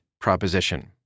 proposition